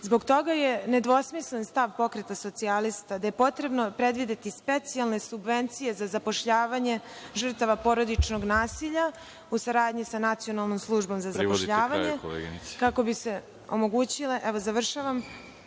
Zbog toga je nedvosmislen stav Pokreta socijalista da je potrebno predvideti specijalne subvencije za zapošljavanje žrtava porodičnog nasilja u saradnji sa Nacionalnom službom za zapošljavanje… **Veroljub Arsić**